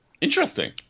Interesting